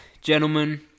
gentlemen